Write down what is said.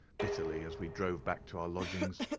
bitterly, as we drove back to our lodgings.